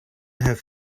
have